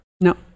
No